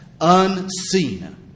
unseen